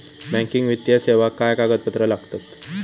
Banking वित्तीय सेवाक काय कागदपत्र लागतत?